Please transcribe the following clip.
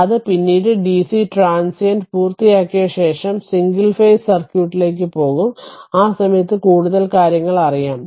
അതിനാൽ അത് പിന്നീട് ഡിസി ട്രാൻസിയന്റ് പൂർത്തിയാക്കിയ ശേഷം സിംഗിൾ ഫേസ് സർക്യൂട്ടിലേക്ക് പോകും ആ സമയത്ത് കൂടുതൽ കാര്യങ്ങൾ അറിയാം